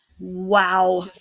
wow